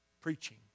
preaching